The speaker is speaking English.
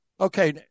Okay